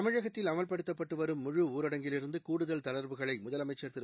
தமிழகத்தில் அமல்படுத்தப்பட்டுவரும் முழு ஊரடங்கிலிருந்துகூடுதல் தளர்வுகளைமுதலமைச்சர் திரு